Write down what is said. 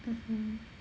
mmhmm